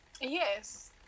Yes